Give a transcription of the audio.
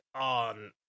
on